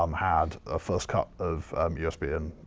um had a first cut of usb and